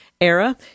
era